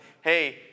hey